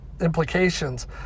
Implications